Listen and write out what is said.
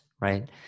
Right